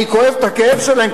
אני כואב את הכאב שלהם,